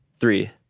three